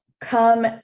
come